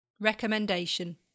Recommendation